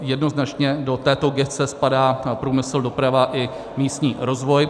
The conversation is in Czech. Jednoznačně do této gesce spadá průmysl, doprava i místní rozvoj.